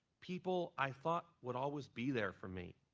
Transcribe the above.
people i thought would always be there for me.